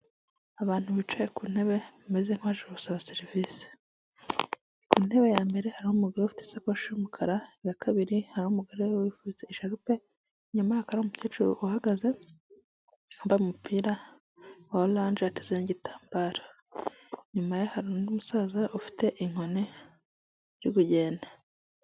Abantu bicaye ku ntebe bimeze nk'abaje gusaba serivisi, ku intebe ya mbere ari umugore ufite isakoshi y'umukara ya kabiri hari umugore we wifuza isharupe nyamara ari umukecuru uhagaze ambaye umupira wa orange ateza igitambaro nyuma hari undi musaza ufite inkoni uri kugenda.